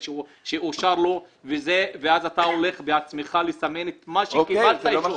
שאושר לו ואז אתה הולך בעצמך לסמן את מה שקיבלת.